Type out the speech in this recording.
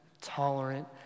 tolerant